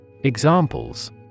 Examples